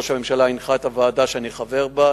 ראש הממשלה הנחה את הוועדה, שאני חבר בה.